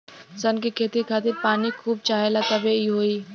सन के खेती खातिर पानी खूब चाहेला तबे इ होई